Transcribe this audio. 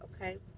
okay